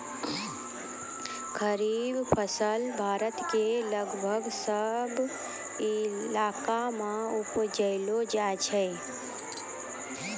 खरीफ फसल भारत के लगभग सब इलाका मॅ उपजैलो जाय छै